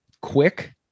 quick